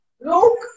look